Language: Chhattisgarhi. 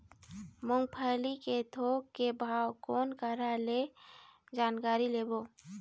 मूंगफली के थोक के भाव कोन करा से जानकारी लेबो?